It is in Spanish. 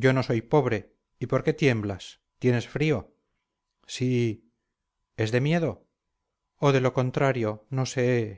yo no soy pobre y por qué tiemblas tienes frío sííí es de miedo o de lo contrario no sééé